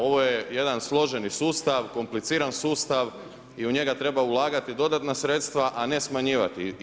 Ovo je jedan složeni sustav, kompliciran sustav i u njega treba ulagati dodatna sredstva, a ne smanjivati ih.